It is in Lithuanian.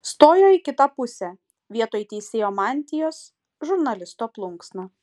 stojo į kitą pusę vietoj teisėjo mantijos žurnalisto plunksna